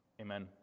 Amen